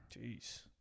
Jeez